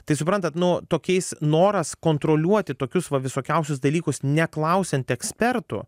tai suprantat nuo tokiais noras kontroliuoti tokius va visokiausius dalykus neklausiant ekspertų